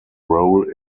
role